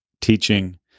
teaching